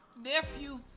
Nephew